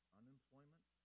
unemployment